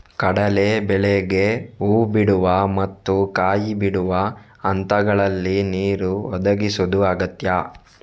ಕಡಲೇ ಬೇಳೆಗೆ ಹೂ ಬಿಡುವ ಮತ್ತು ಕಾಯಿ ಬಿಡುವ ಹಂತಗಳಲ್ಲಿ ನೀರು ಒದಗಿಸುದು ಅಗತ್ಯ